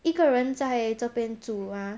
一个人在这边住吗